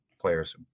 players